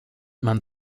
man